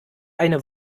eine